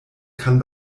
kann